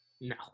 No